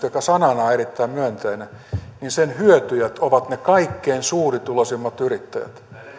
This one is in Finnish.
joka sanana on erittäin myönteinen hyötyjät ovat ne kaikkein suurituloisimmat yrittäjät